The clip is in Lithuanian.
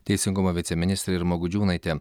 teisingumo viceministrė irma gudžiūnaitė